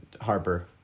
Harper